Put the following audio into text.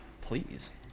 Please